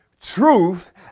truth